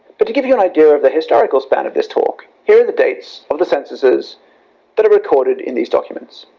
but to give you an idea of the historical span of this talk, here are the dates of the censuses that are recorded in these documents.